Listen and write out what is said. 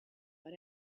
but